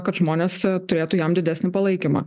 kad žmonės turėtų jam didesnį palaikymą